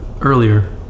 earlier